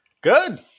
Good